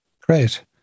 Great